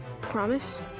Promise